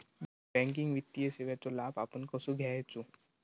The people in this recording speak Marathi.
बँकिंग वित्तीय सेवाचो लाभ आपण कसो घेयाचो?